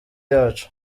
yacu